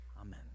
Amen